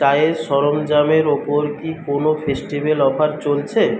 চায়ের সরঞ্জামের ওপর কি কোনও ফেস্টিভ্যাল অফার চলছে